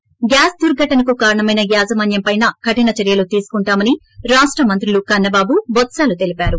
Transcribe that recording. ి గ్యాస్ దుర్ఘటనకు కారణమైన యాజమన్యంపైన కఠిన చర్యలు తీసుకుంటామని రాష్ట మంత్రులు కన్న బాబు బోత్స తెలిపారు